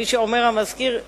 כפי שאומר המזכיר,